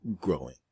growing